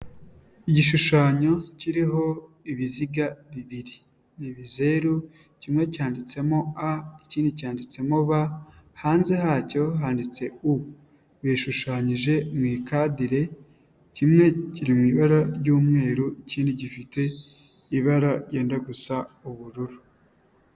Igishushanyo kiriho ibiziga bibiri. Ni ibizeru kimwe cyanditsemo a ikindi cyanditsemo ba hanze yacyo handitse u bishushanyije mu ikadire kimwe kiri mu ibara ry'umweru, ikindi gifite ibara ryenda gusa ubururu.